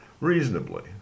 Reasonably